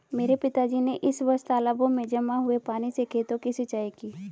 मेरे पिताजी ने इस वर्ष तालाबों में जमा हुए पानी से खेतों की सिंचाई की